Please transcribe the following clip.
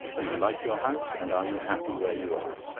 do you like your house, and are you happy where you are?